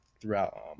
throughout